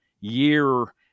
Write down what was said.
year